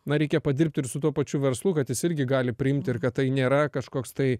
na reikia padirbti ir su tuo pačiu verslu kad jis irgi gali priimti ir kad tai nėra kažkoks tai